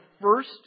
first